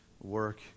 work